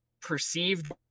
perceived